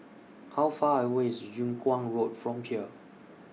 How Far away IS Yung Kuang Road from here